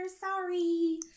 Sorry